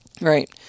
right